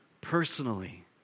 personally